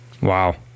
Wow